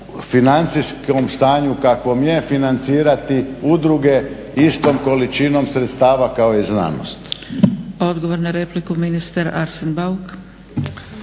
financijskom stanju kakvom je financirati udruge istom količinom sredstava kao i znanost.